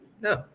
No